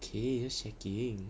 K you shaking